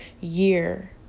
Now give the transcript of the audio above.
year